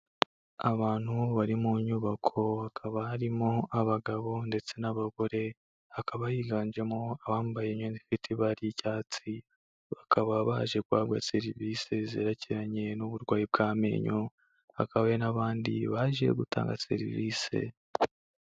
Abantu bari mu nyubako, hakaba harimo abagabo ndetse n'abagore, hakaba higanjemo abambaye imyenda ifite ibara ry'icyatsi, bakaba baje guhabwa serivisi zerekeranye n'uburwayi bw'amenyo, hakaba hari n'abandi baje gutanga serivise.